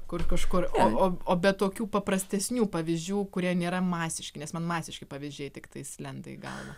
kur kažkur o o o bet tokių paprastesnių pavyzdžių kurie nėra masiški nes man masiški pavyzdžiai tiktais lenda į galvą